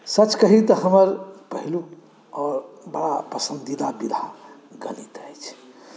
सच कही तऽ हमर पहिलुक आ बड़ा पसन्दीदा विद्या गणित अछि